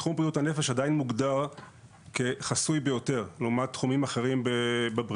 תחום בריאות הנפש עדיין מוגדר כחסוי ביותר לעומת תחומים אחרים בבריאות.